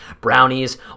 brownies